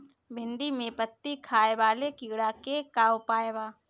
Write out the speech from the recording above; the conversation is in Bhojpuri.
भिन्डी में पत्ति खाये वाले किड़ा के का उपाय बा?